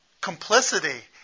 Complicity